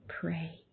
pray